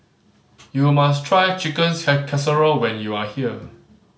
you must try Chicken Casserole when you are here